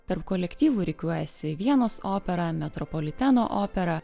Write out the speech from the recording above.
tarp kolektyvų rikiuojasi vienos opera metropoliteno opera